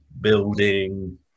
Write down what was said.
building